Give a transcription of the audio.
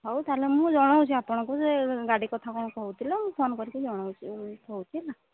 ହଉ ତା'ହେଲେ ମୁଁ ଜଣାଉଛି ଆପଣଙ୍କୁ ସେ ଗାଡ଼ି କଥା କ'ଣ କହୁଥିଲ ଫୋନ କରିକି ଜଣାଉଛି ଥୋଉଛି ହେଲା